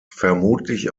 vermutlich